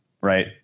right